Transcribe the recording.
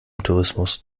tourismus